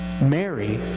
Mary